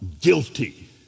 guilty